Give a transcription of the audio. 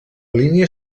línia